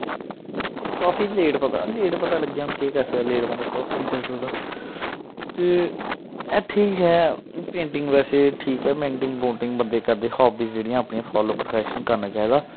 काफी लेट पता लग्गेआ हून केह् करी सकदे लेट बंदा कक्ख निं करी सकदा ते एह् ठीक ऐ पेंटिंग बैसे ठीक ऐ पेंटिंग पूंटिंग बंदे करदे हॉबीज़ जेह्ड़ियां अपनियां फाॅलो प्रोफैशन करना चाहिदा